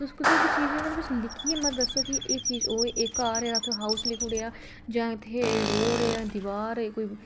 तुस कुसै बी चीज गी नुहाड़े बिच लिखियै मत दस्सो कि एह् चीज ओह् ऐ घर ऐ जां उत्थै हाऊस लिखी ओड़ेआ जां इत्थै रोड़ ऐ दिवार ऐ कोई